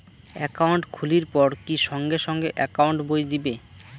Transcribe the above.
Account খুলির পর কি সঙ্গে সঙ্গে একাউন্ট বই দিবে?